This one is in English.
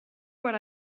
what